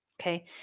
Okay